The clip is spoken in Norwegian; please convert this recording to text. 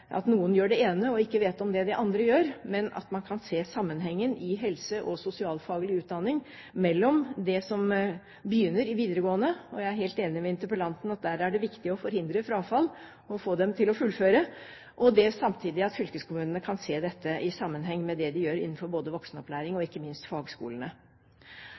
at noen gjør det ene og ikke vet om det de andre gjør, men at man ser sammenhengen i helse- og sosialfaglig utdanning og det som begynner i videregående – jeg er helt enig med interpellanten i at der er det viktig å forhindre frafall og få dem til å fullføre – og at fylkeskommunene kan se dette i sammenheng med det de gjør innenfor både voksenopplæring og ikke minst fagskolene.